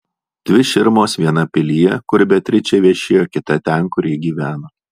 dvi širmos viena pilyje kur beatričė viešėjo kita ten kur ji gyveno